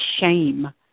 shame